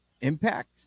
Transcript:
impact